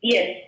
Yes